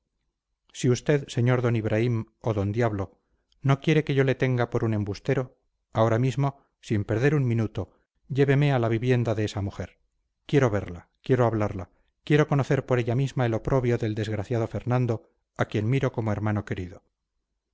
si usted sr d ibraim o don diablo no quiere que yo le tenga por un embustero ahora mismo sin perder un minuto lléveme a la vivienda de esa mujer quiero verla quiero hablarla quiero conocer por ella misma el oprobio del desgraciado fernando a quien miro como hermano querido